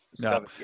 No